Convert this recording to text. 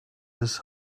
his